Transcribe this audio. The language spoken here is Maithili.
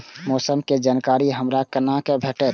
मौसम के जानकारी हमरा केना भेटैत?